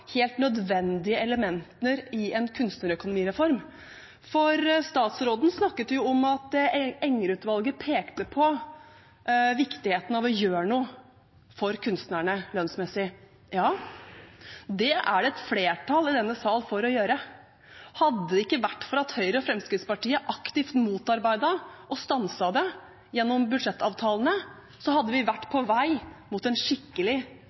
helt nødvendige elementer i en kunstnerøkonomireform. Statsråden snakket om at Enger-utvalget pekte på viktigheten av å gjøre noe for kunstnerne lønnsmessig. Det er det et flertall i denne sal for å gjøre. Hadde det ikke vært for at Høyre og Fremskrittspartiet aktivt motarbeidet og stanset det gjennom budsjettavtalene, hadde vi vært på vei mot en skikkelig